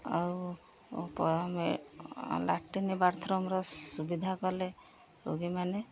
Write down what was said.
ଆଉ ଲାଟ୍ରିନ୍ ବାଥରୁମ୍ର ସୁବିଧା କଲେ ରୋଗୀମାନେ